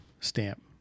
stamp